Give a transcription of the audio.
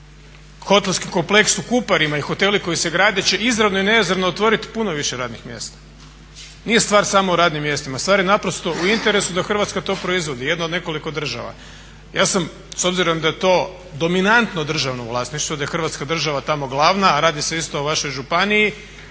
Hotelski kompleks u Kuparima i hoteli koji se grade će izravno i neizravno otvoriti puno više radnih mjesta. Nije stvar samo u radnim mjestima, stvar je naprosto u interesu da Hrvatska to proizvodi, jedna od nekoliko država. Ja sam s obzirom da je to dominantno državno vlasništvo, da je Hrvatska država tamo glavna, a radi se isto o vašoj županiji